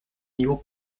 new